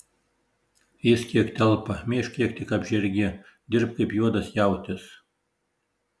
ėsk kiek telpa mėžk kiek tik apžergi dirbk kaip juodas jautis